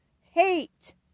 hate